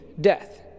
death